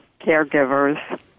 caregivers